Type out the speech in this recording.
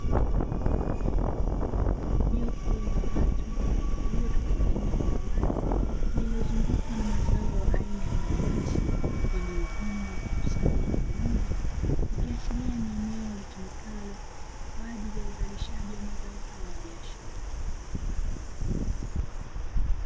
Jopo la watu walio katika eneo la wazi lililozungukwa na mazao aina ya mananasi yaliyovunwa na kukusanywa kwa pamoja, ikiashiria ni eneo litumikalo kwajili ya uzalishaji wa mazao hayo ya biashara.